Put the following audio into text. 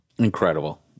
Incredible